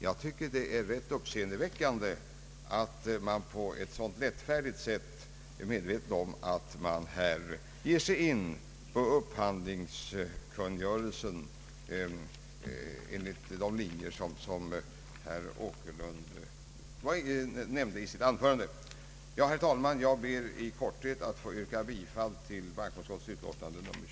Jag tycker det är rätt uppseendeväckande att man på ett lättfärdigt sätt ger sig på upphandlingskungörelsen enligt de linjer som herr Åkerlund nämnde i sitt anförande. Herr talman! Jag ber att få yrka bifall till bankoutskottets utlåtande nr 23.